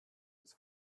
its